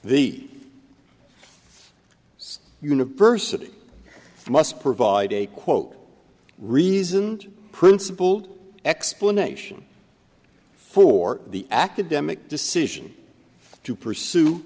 the university must provide a quote reasoned principled explanation for the academic decision to pursue